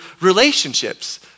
relationships